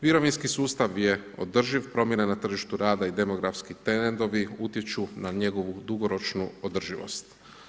Mirovinski sustav je održiv, promjene na tržištu rada i demografski trendovi utječu na njegovu dugoročnu održivost.